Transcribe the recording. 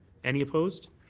any opposed?